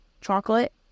chocolate